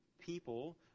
people